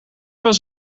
was